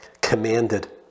commanded